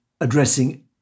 addressing